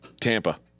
Tampa